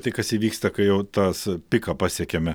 tai kas įvyksta kai jau tas piką pasiekiame